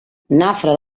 nafra